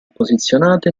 posizionata